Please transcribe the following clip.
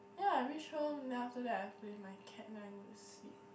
ya I reach home then after that I play with my cat then I go to sleep